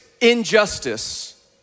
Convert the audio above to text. injustice